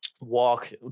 walk